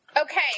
Okay